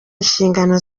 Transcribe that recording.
inshingano